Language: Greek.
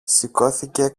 σηκώθηκε